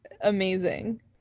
amazing